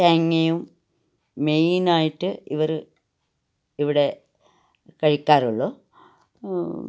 തേങ്ങയും മെയിനായിട്ട് ഇവർ ഇവിടെ കഴിക്കാറുള്ളൂ